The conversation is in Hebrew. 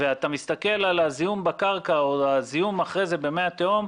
אתה מסתכל על הזיהום בקרקע או הזיהום אחר כך במי התהום,